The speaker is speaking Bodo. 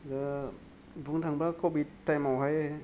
दा बुंनो थाङोब्ला कभिद टाइमावहाय